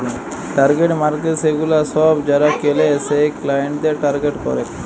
target markets সেগুলা সব যারা কেলে সেই ক্লায়েন্টদের টার্গেট করেক